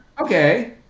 okay